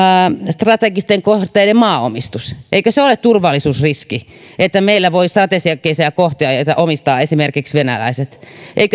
strategisten kohteiden maanomistus eikö se ole turvallisuusriski että meillä voivat strategisia kohteita omistaa esimerkiksi venäläiset